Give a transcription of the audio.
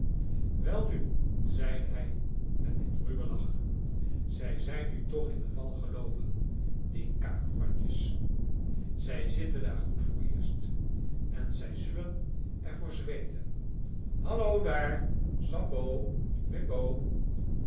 welnu zeide hij met een ruwen lach zij zijn nu toch in de val geloopen die karonjes zij zitten daar goed vooreerst en zij zullen er voor zweeten hallo daar sambo